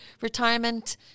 retirement